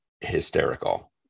hysterical